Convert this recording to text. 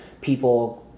people